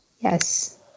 Yes